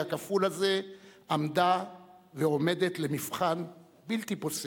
הכפול הזה עמדה ועומדת למבחן בלתי פוסק.